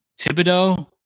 Thibodeau